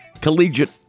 collegiate